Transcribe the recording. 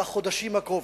בחודשים הקרובים,